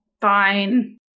Fine